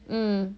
mm